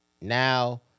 Now